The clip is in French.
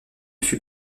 fut